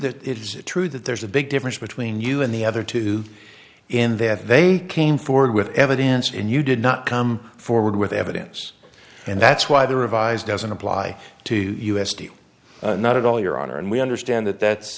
that it's true that there's a big difference between you and the other two in that they came forward with evidence and you did not come forward with evidence and that's why the revised doesn't apply to us do you not at all your honor and we understand that that's